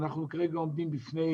אנחנו כרגע עומדים בפני